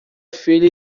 filha